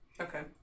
Okay